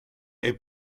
est